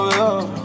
love